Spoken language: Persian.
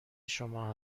شما